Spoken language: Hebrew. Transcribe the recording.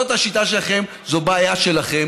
זאת השיטה שלכם, זאת בעיה שלכם.